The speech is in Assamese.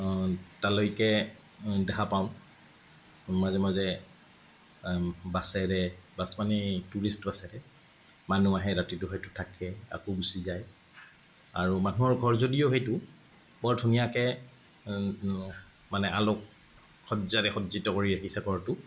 তালৈকে দেখা পাওঁ মাজে মাজে বাছেৰে বাছ মানে টুৰিষ্ট বাছেৰে মানুহ আহে ৰাতিটো হয়টো থাকে আকৌ গুচি যায় আৰু মানুহৰ ঘৰ যদিও সেইটো বৰ ধুনীয়াকে মানে আলোকসজ্জাৰে সজ্জিত কৰি ৰাখিছে ঘৰটো